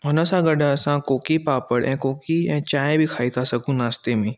हुन सां गॾु असां कोकी पापड़ ऐं कोकी ऐं चांहिं बि खाई था सघूं नाश्ते में